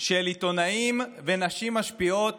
של עיתונאים ונשים משפיעות